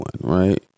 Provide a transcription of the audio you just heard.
right